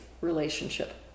relationship